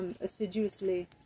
Assiduously